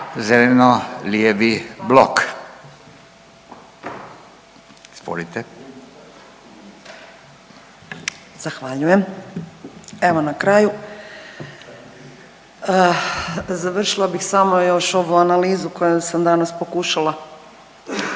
Urša (Možemo!)** Zahvaljujem. Evo na kraju završila bih samo još ovu analizu kojom sam danas pokušala